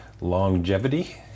longevity